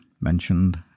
mentioned